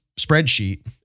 spreadsheet